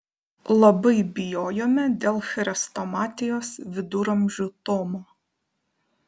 labai bijojome dėl chrestomatijos viduramžių tomo